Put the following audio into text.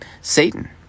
Satan